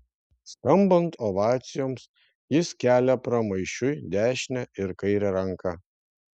skambant ovacijoms jis kelia pramaišiui dešinę ir kairę ranką